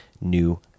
new